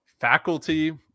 faculty